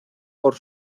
por